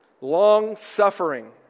Long-suffering